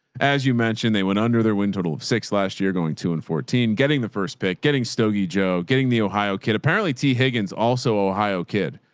as you mentioned, they went under their wind total of six last year, going two and fourteen, getting the first pick, getting stokey joe, getting the ohio kid, apparently t higgins also ohio kid.